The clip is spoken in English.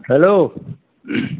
hello